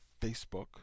Facebook